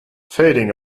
fading